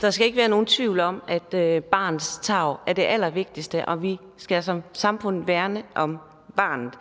Der skal ikke være nogen tvivl om, at barnets tarv er det allervigtigste, og at vi som samfund skal værne om barnet,